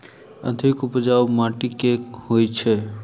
अधिक उपजाउ माटि केँ होइ छै?